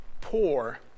poor